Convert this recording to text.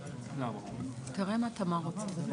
הקריאה את 4.